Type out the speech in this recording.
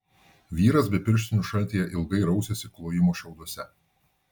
vyras be pirštinių šaltyje ilgai rausėsi klojimo šiauduose